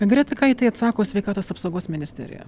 greta ką į tai atsako sveikatos apsaugos ministerija